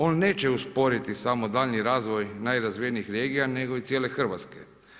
On neće usporiti samo daljnji razvoj najrazvijenijih regija, nego i cijele Hrvatske.